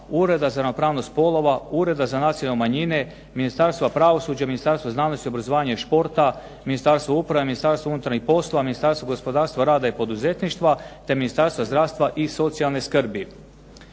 Ureda za ravnopravnost spolova, Ureda za nacionalne manjine, Ministarstva pravosuđa, Ministarstva znanosti, obrazovanja i športa, Ministarstva uprave, Ministarstva unutarnjih poslova, Ministarstvo gospodarstva, rada i poduzetništva te Ministarstvo zdravstva i socijalne skrbi.